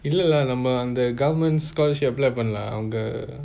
இல்ல இல்ல நம்ம அந்த:illa illa namma antha government scholarship apply பன்னலாம் அங்க:panalaam anga